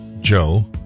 Joe